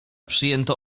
przyjęto